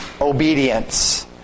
obedience